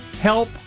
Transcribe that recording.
help